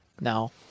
No